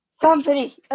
Company